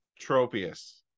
Tropius